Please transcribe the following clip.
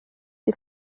die